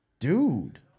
Dude